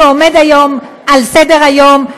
שעומד היום על סדר-היום,